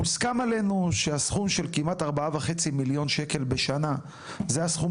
מוסכם עלינו שהסכום של כמעט 4.5 מיליון שקלים בשנה זה הסכום